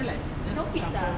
no kids ah